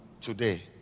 today